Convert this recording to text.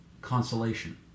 consolation